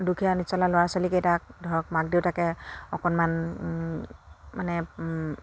দুখীয়া নিচলা ল'ৰা ছোৱালীকেইটাক ধৰক মাক দেউতাকে অকণমান মানে